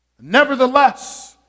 nevertheless